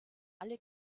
alle